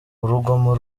urugomo